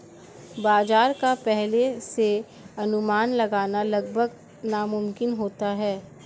बाजार का पहले से अनुमान लगाना लगभग नामुमकिन होता है